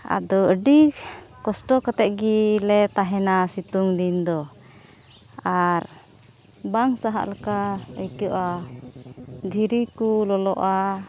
ᱟᱫᱚ ᱟᱹᱰᱤ ᱠᱚᱥᱴᱚ ᱠᱟᱛᱮᱫ ᱜᱮᱞᱮ ᱛᱟᱦᱮᱱᱟ ᱥᱤᱛᱩᱝ ᱫᱤᱱ ᱫᱚ ᱟᱨ ᱵᱟᱝ ᱥᱟᱦᱟᱜ ᱞᱮᱠᱟ ᱟᱹᱭᱠᱟᱹᱜᱼᱟ ᱫᱷᱤᱨᱤ ᱠᱚ ᱞᱚᱞᱚᱜᱼᱟ